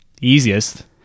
easiest